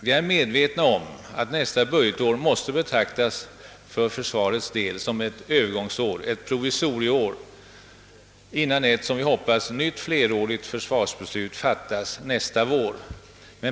Vi är medvetna om att nästa budgetår för försvarets del måste betraktas som ett övergångsår, ett provisorieår, innan ett — som vi hoppas — nytt flerårigt försvarsbeslut fattas nästa vår.